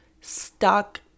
stuck